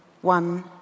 one